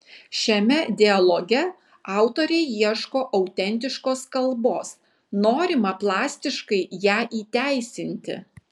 šiame dialoge autoriai ieško autentiškos kalbos norima plastiškai ją įteisinti